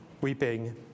weeping